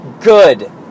good